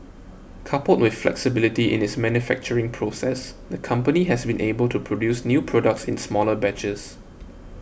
coupled with flexibility in its manufacturing process the company has been able to produce new products in smaller batches